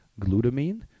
glutamine